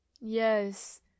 Yes